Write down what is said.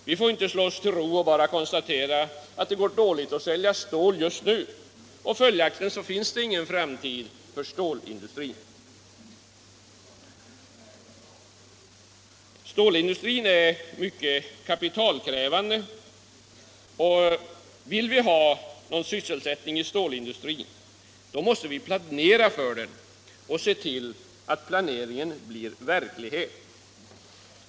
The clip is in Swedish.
Vi får inte slå oss till ro och bara konstatera att det går dåligt att sälja stål just nu, och följaktligen finns det ingen framtid för stålindustrin. Stålindustrin är synnerligen kapitalkrävande, och vill vi ha någon sysselsättning i stålindustrin måste vi planera för den och se till att planerna blir verklighet.